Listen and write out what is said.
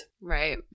Right